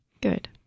Good